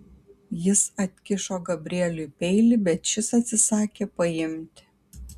jis atkišo gabrieliui peilį bet šis atsisakė paimti